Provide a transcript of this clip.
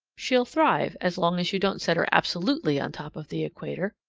she'll thrive as long as you don't set her absolutely on top of the equator.